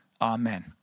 Amen